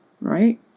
right